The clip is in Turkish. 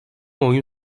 oyun